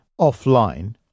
offline